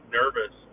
nervous